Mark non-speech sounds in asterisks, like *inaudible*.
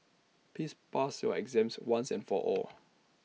please pass your exams once and for all *noise*